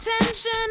attention